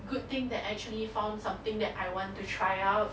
good thing that actually found something that I want to try out